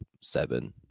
seven